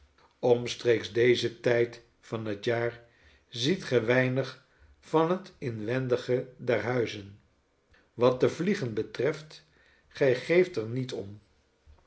omstreeks dezen tijd van het jaar ziet gij weinig van het inwendige der huizen wat de vliegen betreft gij geeft er niet om